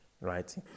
right